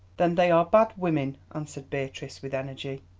then they are bad women, answered beatrice with energy.